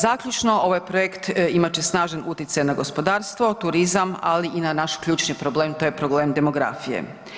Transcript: Zaključno, ovaj projekt imat će snažan utjecaj na gospodarstvo, turizam ali i na naš ključni problem, to je problem demografije.